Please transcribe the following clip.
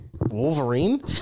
Wolverine